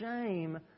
shame